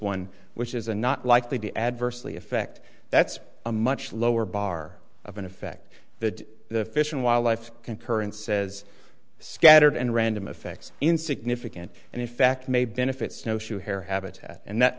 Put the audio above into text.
one which is a not likely the adversely effect that's a much lower bar of an effect the the fish and wildlife concurrence says scattered and random effects in significant and in fact may benefit snowshoe hare habitat and that